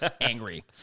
angry